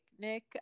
picnic